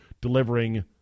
delivering